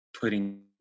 putting